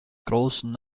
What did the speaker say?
großen